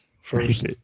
first